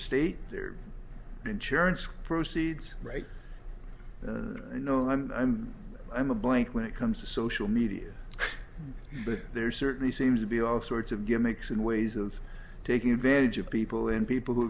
state their insurance proceeds right you know and i'm a blank when it comes to social media but there certainly seems to be all sorts of gimmicks and ways of taking advantage of people in people who are